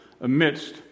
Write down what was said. amidst